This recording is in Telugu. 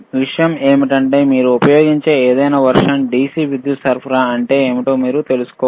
విషయం ఏమిటంటే మీరు ఉపయోగించే ఏదైనా వెర్షన్ DC విద్యుత్ సరఫరా అంటే ఏమిటో మీరు తెలుసుకోవాలి